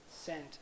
scent